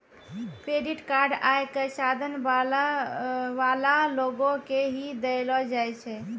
credit card आय क साधन वाला लोगो के ही दयलो जाय छै